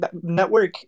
network